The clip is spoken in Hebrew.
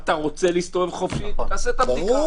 אתה רוצה להסתובב חופשי תעשה את הבדיקה,